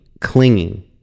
clinging